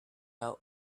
out